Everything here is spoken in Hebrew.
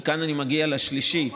וכאן אני מגיע לשלישי,